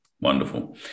Wonderful